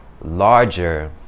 larger